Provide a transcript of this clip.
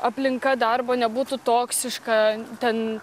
aplinka darbo nebūtų toksiška ten